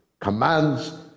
commands